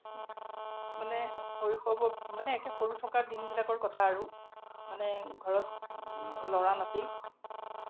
মানে শৈশৱতে একেবাৰে সৰু থকা দিনবিলাকৰ কথা আৰু মানে ঘৰত ল'ৰা নাছিল